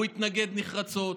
הוא התנגד נחרצות.